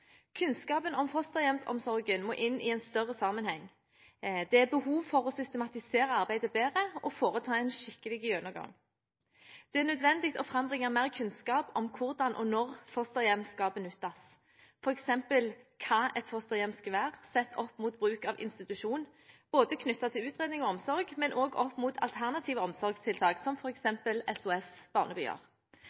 Kunnskapen om fosterhjemsomsorgen må inn i en større sammenheng. Det er behov for å systematisere arbeidet bedre og foreta en skikkelig gjennomgang. Det er nødvendig å frambringe mer kunnskap om hvordan og når fosterhjem skal benyttes, f.eks. hva et fosterhjem skal være sett opp mot bruk av institusjon, både knyttet til utredning og omsorg, og også opp mot alternative omsorgstiltak, som